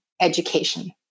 education